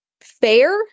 fair